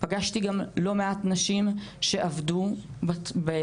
פגשתי גם לא מעט נשים שעבדו בחשפנות,